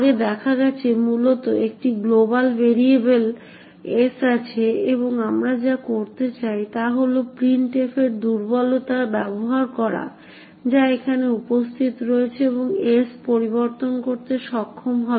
আগে দেখা গেছে মূলত একটি গ্লোবাল ভ্যারিয়েবল s আছে এবং আমরা যা করতে চাই তা হল প্রিন্টএফ এর দুর্বলতা ব্যবহার করা যা এখানে উপস্থিত রয়েছে এবং s পরিবর্তন করতে সক্ষম হবে